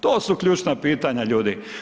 To su ključna pitanja, ljudi.